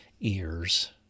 ears